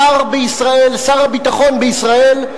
שר הביטחון בישראל,